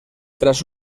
tras